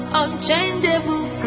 unchangeable